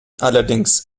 allerdings